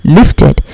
lifted